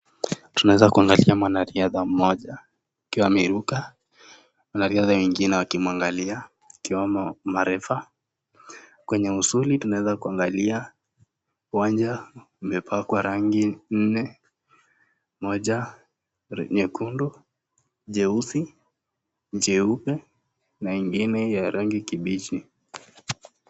Tunaweza kuangalia mwanariadha mmjoja akiwa ameruka wanariadha wengine wakimwangalia ,Wakiwemo marefa . Kwenye usali tunaweza kuangalia uwanja umepakwa rangi nne : Moja nyekundu, jeusi ,jeubena ingine ya rangi kibichi.